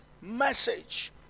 message